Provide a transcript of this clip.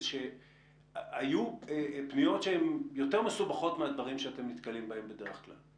זה שהיו פניות שהן יותר מסובכות מהדברים שאתם נתקלים בהם בדרך כלל,